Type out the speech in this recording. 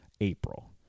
April